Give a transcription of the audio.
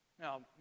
Now